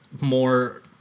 more